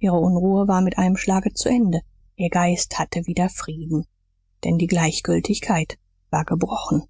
ihre unruhe war mit einem schlage zu ende ihr geist hatte wieder frieden denn die gleichgültigkeit war gebrochen